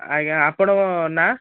ଆଜ୍ଞା ଆପଣଙ୍କ ନାଁ